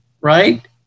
right